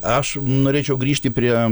aš norėčiau grįžti prie